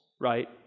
right